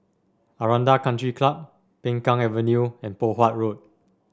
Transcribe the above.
Aranda Country Club Peng Kang Avenue and Poh Huat Road